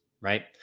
Right